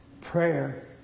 prayer